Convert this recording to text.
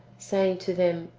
saying to them,